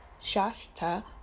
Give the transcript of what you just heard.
Shasta